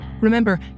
Remember